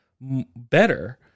better